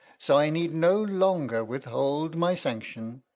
so i need no longer withhold my sanction.